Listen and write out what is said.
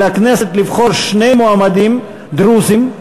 על הכנסת לבחור שני מועמדים דרוזים.